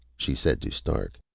she said to stark.